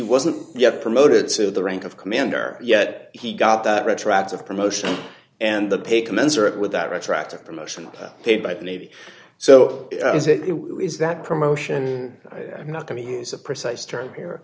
wasn't yet promoted to the rank of commander yet he got that retroactive promotion and the pay commensurate with that retroactive promotion paid by the navy so as it was that promotion i'm not going to use a precise term here